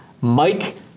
Mike